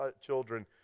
children